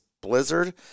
blizzard